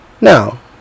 Now